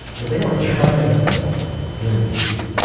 but they weren't trying to do anything cute.